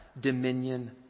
dominion